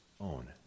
own